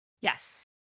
Yes